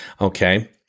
Okay